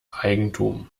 eigentum